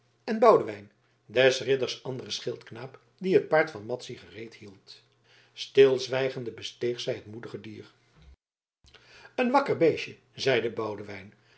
en boudewijn des ridders anderen schildknaap die het paard van madzy gereed hield stilzwijgende besteeg zij het moedige dier een wakker beestje zeide boudewijn